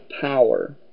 power